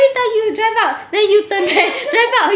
you drive out then U-turn back drive out U-turn back